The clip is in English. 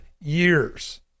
years